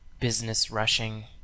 Business-rushing